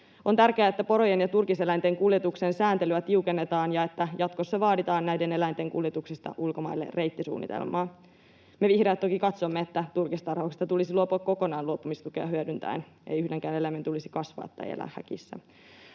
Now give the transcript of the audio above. On tärkeää, että porojen ja turkiseläinten kuljetuksen sääntelyä tiukennetaan ja että jatkossa vaaditaan näiden eläinten kuljetuksista ulkomaille reittisuunnitelmaa. Me vihreät toki katsomme, että turkistarhauksesta tulisi luopua kokonaan luopumistukea hyödyntäen. Ei yhdenkään eläimen tulisi kasvaa tai elää häkissä.